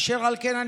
אשר על כן,